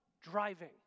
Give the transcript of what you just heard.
driving